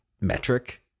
metric